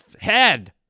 head